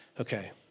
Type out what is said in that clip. Okay